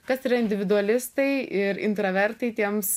kas yra individualistai ir intravertai tiems